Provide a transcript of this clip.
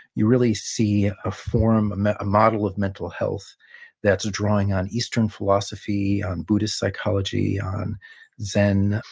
you really see a form, a model of mental health that's drawing on eastern philosophy, on buddhist psychology, on zen.